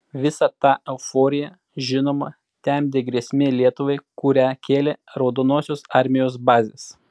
visą tą euforiją žinoma temdė grėsmė lietuvai kurią kėlė raudonosios armijos bazės